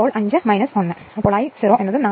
അങ്ങനെ I0 4 ampere